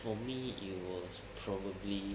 for me it was probably